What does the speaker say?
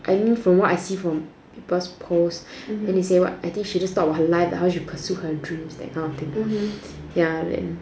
I knew from what I see from people's posts then they say what I think she just talked about her life like how she pursue her dreams that kind of thing